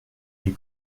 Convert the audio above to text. des